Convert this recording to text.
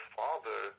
father